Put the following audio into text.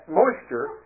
moisture